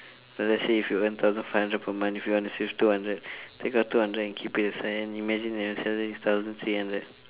uh let's say if you earn thousand five hundred per month if you want to save two hundred take out two hundred and keep it aside and imagine your salary is thousand three hundred